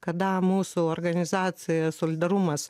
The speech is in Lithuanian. kada mūsų organizacija solidarumas